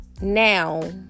now